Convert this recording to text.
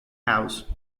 house